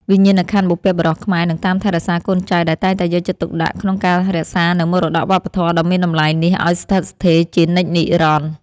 វិញ្ញាណក្ខន្ធបុព្វបុរសខ្មែរនឹងតាមថែរក្សាកូនចៅដែលតែងតែយកចិត្តទុកដាក់ក្នុងការរក្សានូវមរតកវប្បធម៌ដ៏មានតម្លៃនេះឱ្យស្ថិតស្ថេរជានិច្ចនិរន្តរ៍។